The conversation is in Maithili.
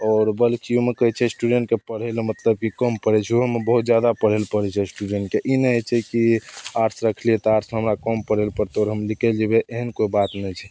आओर बल्कि ओहिमे कहै छै एस्टूडेन्टके पढ़ै ले मतलब कि कम पढ़ै छै ओहोमे बहुत जादा पढ़ै ले पड़ै छै एस्टूडेन्टके ई नहि होइ छै कि आर्ट्स रखलिए तऽ आर्ट्समे हमरा कम पढ़ै ले पड़तै आओर हम निकलि जएबै एहन कोइ बात नहि छै